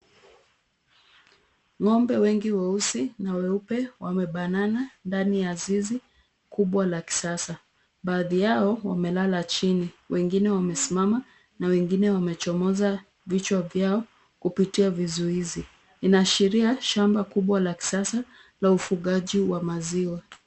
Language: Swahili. Ng'ombe wengi weusi na weupe wamebanana ndani ya zizi kubwa la kisasa. Baadhi yao wamelala chini, Wengine wamesimama na wengine wamechomoza vichwa vyao kupitia vizuizi. Inaashiria shamba kubwa la kisasa la ufugaji wa maziwa.